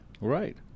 right